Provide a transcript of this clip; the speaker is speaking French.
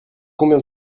combien